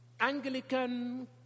Anglican